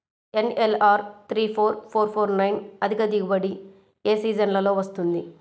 NLR three four four four nine అధిక దిగుబడి ఏ సీజన్లలో వస్తుంది?